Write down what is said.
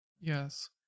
Yes